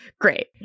great